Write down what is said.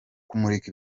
kumurika